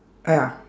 ah ya